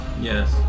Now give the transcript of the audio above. Yes